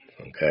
Okay